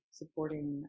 supporting